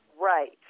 right